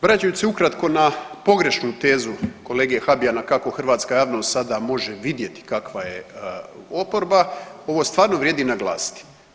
Vraćajući se ukratko na pogrešnu tezu kolege Habijana kako hrvatska javnost sada može vidjeti kakva je oporba, ovo stvarno vrijedi naglasiti.